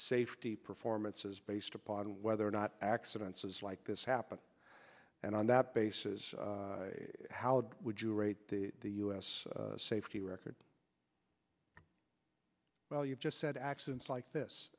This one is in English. safety performances based upon whether or not accidents is like this happen and on that basis how would you rate the the u s safety record well you've just said accidents like